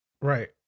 Right